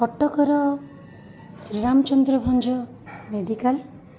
କଟକର ଶ୍ରୀରାମଚନ୍ଦ୍ର ଭଞ୍ଜ ମେଡ଼ିକାଲ୍